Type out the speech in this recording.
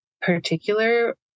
particular